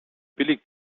billig